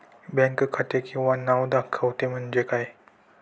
Bank खाते किंवा नाव दाखवते म्हणजे काय?